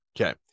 Okay